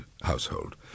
household